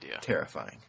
terrifying